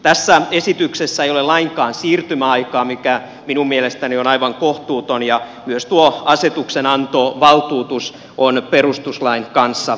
tässä esityksessä ei ole lainkaan siirtymäaikaa mikä minun mielestäni on aivan kohtuutonta ja myös tuo asetuksenantovaltuutus on perustuslain kanssa ongelmallinen